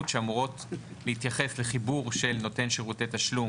שאמורות להתייחס לחיבור של נותן שירותי תשלום,